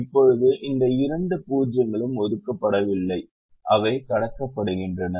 இப்போது இந்த இரண்டு 0 களும் ஒதுக்கப்படவில்லை அவை கடக்கப்படுகின்றன